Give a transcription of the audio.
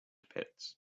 pits